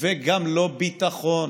וגם לא ביטחון.